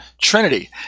Trinity